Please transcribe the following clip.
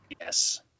Yes